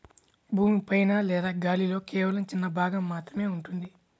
భూమి పైన లేదా గాలిలో కేవలం చిన్న భాగం మాత్రమే ఉంటుంది